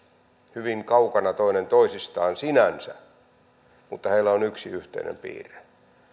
hyvin kaukana toinen toisistaan sinänsä mutta heillä on yksi yhteinen piirre